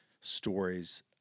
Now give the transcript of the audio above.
stories